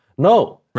No